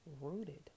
rooted